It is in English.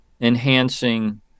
enhancing